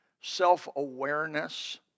self-awareness